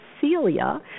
Celia